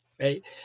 right